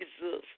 Jesus